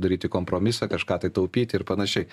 daryti kompromisą kažką tai taupyti ir panašiai